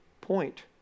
point